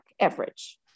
average